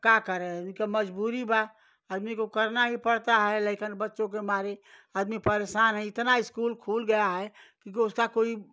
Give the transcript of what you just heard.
का करे इके मजबूरी बा आदमी को करना पड़ता है लैकन बच्चों के मारे आदमी परेशान है इतना इस्कूल खुल गया है कि गौसा कोई